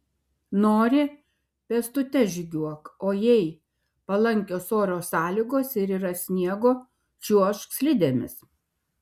nori pėstute žygiuok o jei palankios oro sąlygos ir yra sniego čiuožk slidėmis